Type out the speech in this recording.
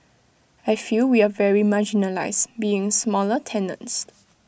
I feel we are very marginalised being smaller tenants